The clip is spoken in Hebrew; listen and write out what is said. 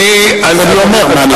אז אני אומר מה אני חושב.